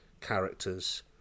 characters